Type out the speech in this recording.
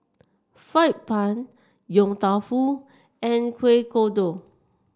fried bun Yong Tau Foo and Kuih Kodok